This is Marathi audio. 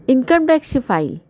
इनकम टॅक्सची फाईल